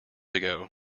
ago